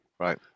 Right